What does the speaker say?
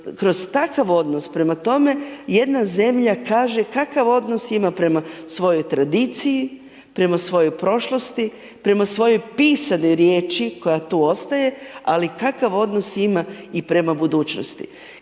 kroz takav odnos prema tome jedna zemlja kaže kakav odnos ima prema svojoj tradiciji, prema svojoj prošlosti, prema svojoj pisanoj riječi koja tu ostaje, ali kakav odnos ima i prema budućnosti.